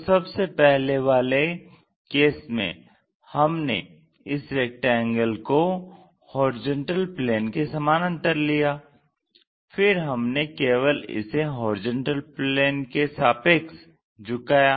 तो सबसे पहले वाले केस में हमने इस रेक्टेंगल को HP के सामानांतर लिया फिर हमने केवल इसे HP के सापेक्ष झुकाया